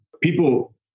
People